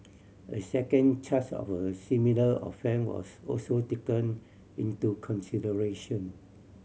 a second charge of a similar offence was also taken into consideration